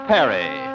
Perry